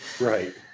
right